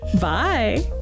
Bye